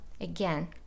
again